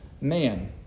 man